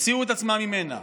הוציאו את עצמם ממנה.